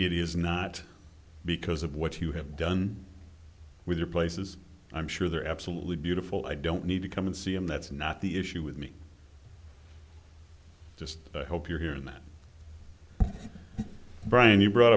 it is not because of what you have done with your places i'm sure they're absolutely beautiful i don't need to come and see him that's not the issue with me just hope you're here and that brian you brought